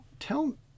Tell